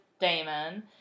Damon